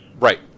Right